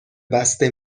بسته